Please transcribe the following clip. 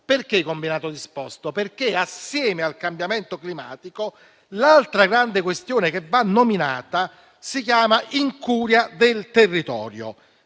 di combinato disposto perché, assieme al cambiamento climatico, l'altra grande questione che va nominata si chiama incuria del territorio.